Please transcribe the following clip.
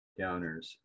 downers